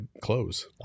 close